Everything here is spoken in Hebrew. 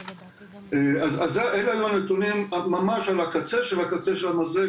אז אלו היו הנתונים ממש על הקצה של הקצה של המזלג,